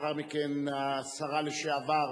לאחר מכן השרה לשעבר